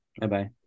Bye-bye